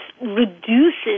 reduces